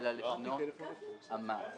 אלא לרמות המס.